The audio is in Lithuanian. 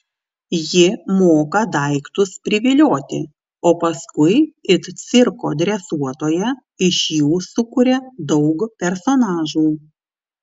ji moka daiktus privilioti o paskui it cirko dresuotoja iš jų sukuria daug personažų